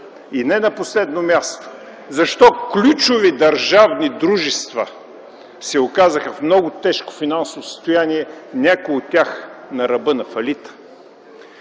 Не на последно място, защо ключови държавни дружества се оказаха в много тежко финансово състояние – някои от тях на ръба на фалита?